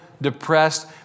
depressed